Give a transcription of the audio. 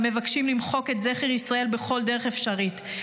המבקשים למחוק את זכר ישראל בכל דרך אפשרית.